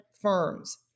firms